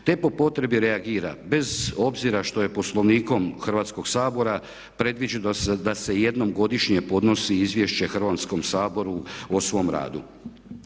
te po potrebi reagira bez obzira što je Poslovnikom Hrvatskog sabora predviđeno da se jednom godišnje podnosi Izvješće Hrvatskom saboru o svom radu.